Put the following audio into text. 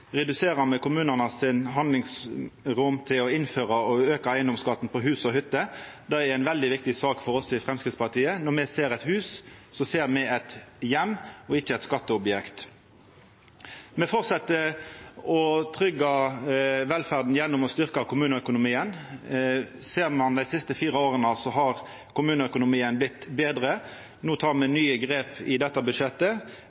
reduserer me handlingsrommet som kommunane har til å innføra og auka eigedomsskatten på hus og hytte. Det er ei veldig viktig sak for oss i Framstegspartiet. Når me ser eit hus, ser me ein heim, ikkje eit skatteobjekt. Me fortset å tryggja velferda gjennom å styrkja kommuneøkonomien. Ser ein på dei siste fire åra, har kommuneøkonomien vorte betre. No tek me